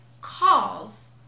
calls